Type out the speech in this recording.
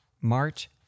March